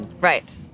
right